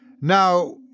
Now